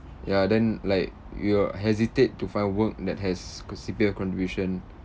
ya then like you hesitate to find work that has c~ C_P_F contribution